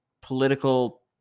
political